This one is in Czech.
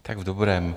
Tak v dobrém.